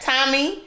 Tommy